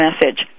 message